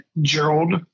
Gerald